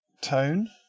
tone